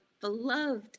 beloved